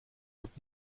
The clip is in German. wird